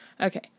Okay